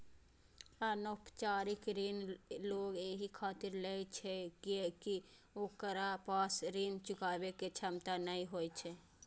अनौपचारिक ऋण लोग एहि खातिर लै छै कियैकि ओकरा पास ऋण चुकाबै के क्षमता नै होइ छै